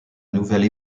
nouvelle